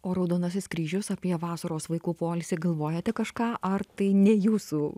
o raudonasis kryžius apie vasaros vaikų poilsį galvojate kažką ar tai ne jūsų